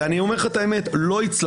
אני אומר לך את האמת: לא הצלחנו.